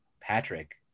Patrick